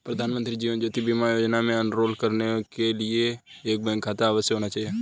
प्रधानमंत्री जीवन ज्योति बीमा योजना में एनरोल होने के लिए एक बैंक खाता अवश्य होना चाहिए